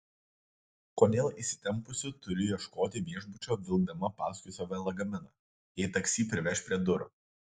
kodėl įsitempusi turiu ieškoti viešbučio vilkdama paskui save lagaminą jei taksi priveš prie durų